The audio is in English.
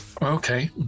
Okay